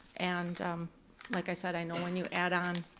and like i said i know when you add on,